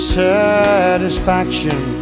satisfaction